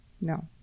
No